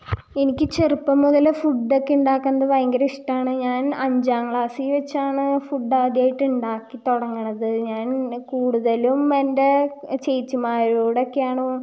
എനിക്ക് ചെറുപ്പം മുതലേ ഫുഡൊക്കെ ഉണ്ടാക്കുന്നത് ഭയങ്കര ഇഷ്ടമാണ് ഞാൻ അഞ്ചാം ക്ലാസ്സിൽ വച്ചാണ് ഫുഡ് ആദ്യമായിട്ടുണ്ടാക്കി തുടങ്ങുന്നത് ഞാൻ കൂട്തലും എൻ്റെ ചേച്ചിമാരോട് ഒക്കെയാണ്